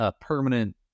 permanent